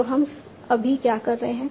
तो हम अभी क्या कर रहे हैं